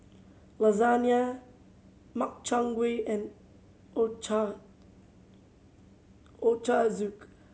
Lasagne Makchang Gui and